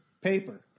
paper